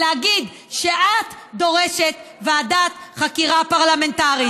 ולהגיד שאת דורשת ועדת חקירה פרלמנטרית.